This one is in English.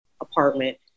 apartment